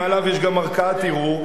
מעליו יש גם ערכאת ערעור,